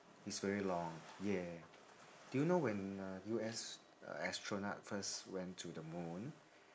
it's very long yeah do you know when uh U_S astronaut first went to the moon